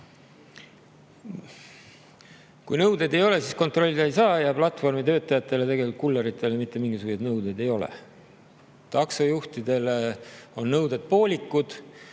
Kui nõuded ei ole, siis kontrollida ei saa. Ja platvormitöötajatele, kulleritele tegelikult mitte mingisuguseid nõudeid ei ole. Taksojuhtidele on nõuded poolikud.